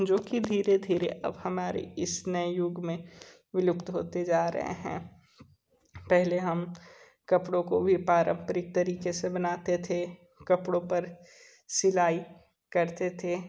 जो कि धीरे धीरे अब हमारे इस नए युग में विलुप्त होते जा रहे हैं पहले हम कपड़ों को भी पारम्परिक तरीके से बनाते थे कपड़ों पर सिलाई करते थे